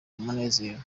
umunezero